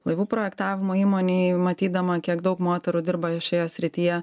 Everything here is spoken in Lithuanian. laivų projektavimo įmonėj matydama kiek daug moterų dirba šioje srityje